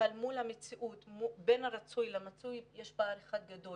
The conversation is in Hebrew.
אבל בין הרצוי למצוי יש פער אחד גדול